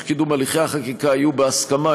שהמשך קידום הליכי החקיקה יהיה בהסכמה,